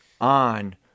on